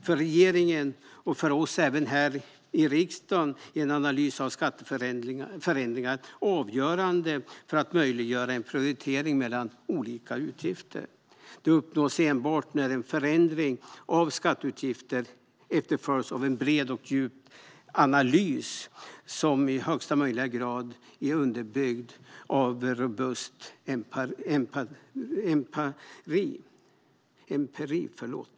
För regeringen och även för oss i riksdagen är en analys av skatteförändringar avgörande för att möjliggöra en prioritering mellan olika utgifter. Detta uppnås enbart när en förändring av skatteutgifter efterföljs av en bred och djup analys som i högsta möjliga grad är underbyggd av robust empiri.